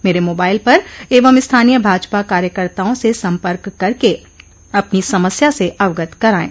मेरे मोबाइल पर एवं स्थानीय भाजपा कार्यकर्ताओं से संपर्क करके अपनी समस्या से अवगत कराएं